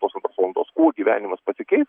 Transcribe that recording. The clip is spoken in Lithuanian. pusantros valandos kuo gyvenimas pasikeis